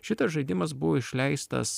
šitas žaidimas buvo išleistas